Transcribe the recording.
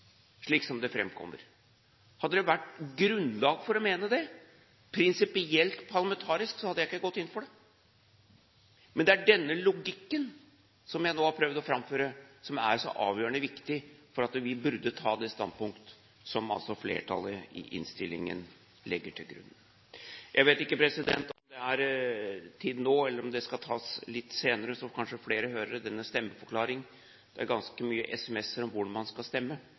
slik som det framkommer. Hadde det vært grunnlag for å mene det prinsipielt parlamentarisk, hadde jeg ikke gått inn for det. Men det er denne logikken som jeg nå har prøvd å framføre, som er så avgjørende viktig for at vi burde ta det standpunkt som altså flertallet i innstillingen legger til grunn. Jeg vet ikke om det er tid nå, eller om stemmeforklaringen skal tas litt senere så kanskje flere hører det. Det er ganske mange SMS-er om hvordan man skal stemme.